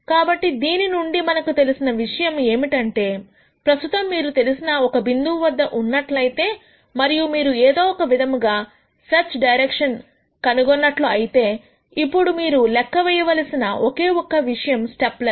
కాబట్టి దీని నుండి మనకు తెలిసిన ముఖ్య విషయం ఏమిటంటే ప్రస్తుతం మీరు తెలిసిన ఒక బిందువు వద్ద ఉన్నట్లయితే మరియు మీరు ఏదో ఒక విధంగా సెర్చ్ డైరెక్షన్ అయితే కనుగొన్నట్లు అయితే ఇప్పుడు మీరు లెక్క వేయాల్సిన ఒకే ఒక్క విషయం స్టెప్ లెన్త్